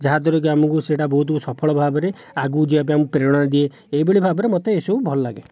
ଯାହାଦ୍ଵାରାକି ଆମକୁ ସେଇଟା ବହୁତ ସଫଳ ଭାବରେ ଆଗକୁ ଯିବାପାଇଁ ଆମକୁ ପ୍ରେରଣା ଦିଏ ଏଇଭଳି ଭାବରେ ମୋତେ ଏହିସବୁ ଭଲଲାଗେ